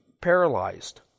paralyzed